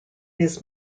his